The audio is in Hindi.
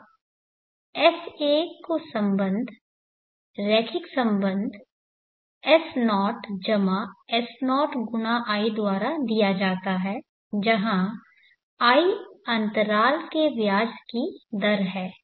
अब S1 को संबध रैखिक संबध S0S0×i द्वारा दिया जाता है जहां i अंतराल के लिए ब्याज की दर है